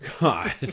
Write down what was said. God